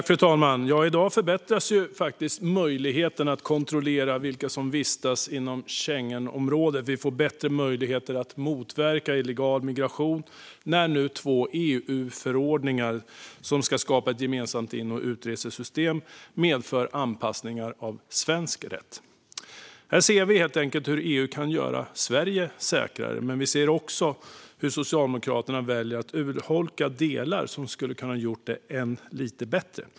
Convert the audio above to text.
Fru talman! I dag förbättras faktiskt möjligheten att kontrollera vilka som vistas inom Schengenområdet. Vi får bättre möjligheter att motverka illegal migration när nu två EU-förordningar som ska skapa ett gemensamt in och utresesystem medför anpassningar av svensk rätt. Här ser vi helt enkelt hur EU kan göra Sverige säkrare, men vi ser också hur Socialdemokraterna väljer att urholka delar som hade kunnat göra det ännu lite bättre.